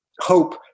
hope